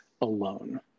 alone